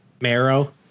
marrow